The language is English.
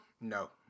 no